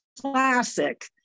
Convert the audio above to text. classic